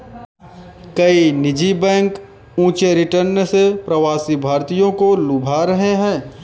कई निजी बैंक ऊंचे रिटर्न से प्रवासी भारतीयों को लुभा रहे हैं